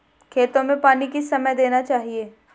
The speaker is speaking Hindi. खेतों में पानी किस समय देना चाहिए?